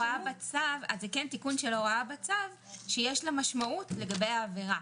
אז זה כן תיקון של ההוראה בצו שיש לה משמעות לגבי העבירה.